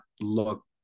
look